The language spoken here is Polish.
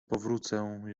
powrócę